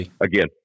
again